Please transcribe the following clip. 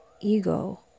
ego